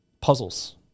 puzzles